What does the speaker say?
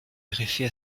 greffer